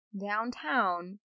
downtown